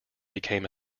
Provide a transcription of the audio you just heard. became